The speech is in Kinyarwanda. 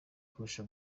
kurusha